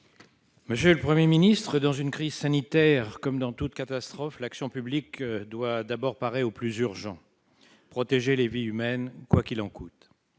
Monsieur le Premier ministre, dans une crise sanitaire, comme dans toute catastrophe, l'action publique doit d'abord parer au plus urgent : protéger les vies humaines, quoi qu'il en coûte.